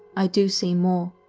i do see more.